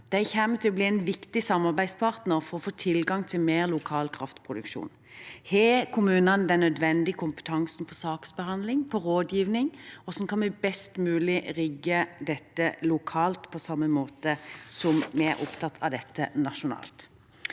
De kommer til å bli en viktig samarbeidspartner for å få tilgang til mer lokal kraftproduksjon. Har kommunene den nødvendige kompetansen på saksbehandling, på rådgivning? Hvordan kan vi best mulig rigge dette lokalt, på samme måte som vi er opptatt av dette nasjonalt?